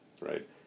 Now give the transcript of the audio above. right